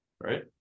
right